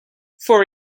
for